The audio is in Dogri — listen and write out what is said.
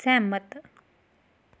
सैह्मत